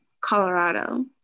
Colorado